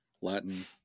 Latin